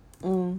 mm